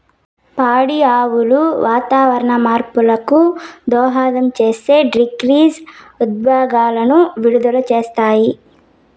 పాడి ఆవులు వాతావరణ మార్పులకు దోహదం చేసే గ్రీన్హౌస్ ఉద్గారాలను విడుదల చేస్తాయి